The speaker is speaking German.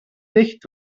nicht